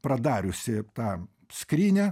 pradariusi tą skrynią